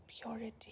purity